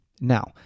Now